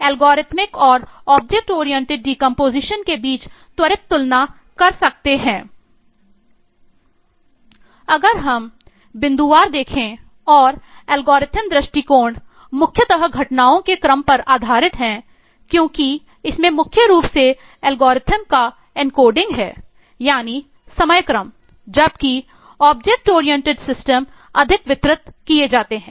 अगर हम बिंदुवार देखें और एल्गोरिथम अधिक वितरित किए जाते हैं